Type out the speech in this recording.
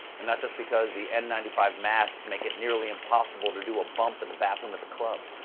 and not just because the n ninety five masks make it nearly impossible to do a bump in the bathroom at the club.